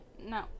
No